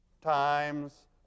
times